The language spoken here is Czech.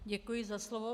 Děkuji za slovo.